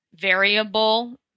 variable